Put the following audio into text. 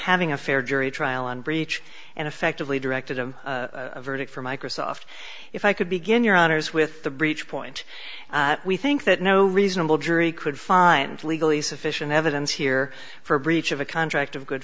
having a fair jury trial and breach and effectively directed a verdict for microsoft if i could begin your honour's with the breach point we think that no reasonable jury could find legally sufficient evidence here for a breach of a contract of good